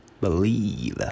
Believe